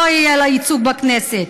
לא יהיה לה ייצוג בכנסת.